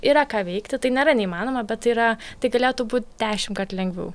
yra ką veikti tai nėra neįmanoma bet yra tai galėtų būti dešimt kart lengviau